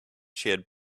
had